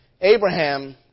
Abraham